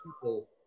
people